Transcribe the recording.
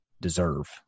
deserve